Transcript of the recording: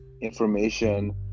information